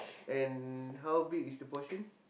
and how big is the portion